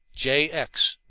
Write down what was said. j x.